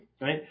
right